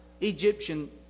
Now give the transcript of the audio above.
Egyptian